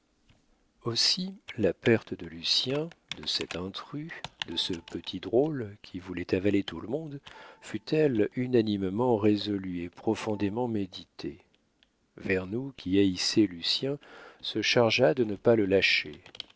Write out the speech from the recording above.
aussi la perte de lucien de cet intrus de ce petit drôle qui voulait avaler tout le monde fut-elle unanimement résolue et profondément méditée vernou qui haïssait lucien se chargea de ne pas le lâcher